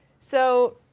so,